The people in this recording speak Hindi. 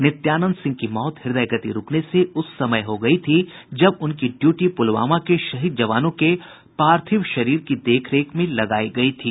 नित्यानंद सिंह की मौत हृदय गति रूकने से उस समय हो गयी थी जब उनकी ड्यूटी पुलवामा के शहीद जवानों के पार्थिव शरीर को देख रेख में लगायी गयी थी